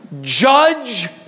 judge